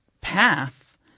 path